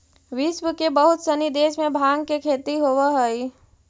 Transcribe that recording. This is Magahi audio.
विश्व के बहुत सनी देश में भाँग के खेती होवऽ हइ